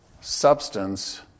substance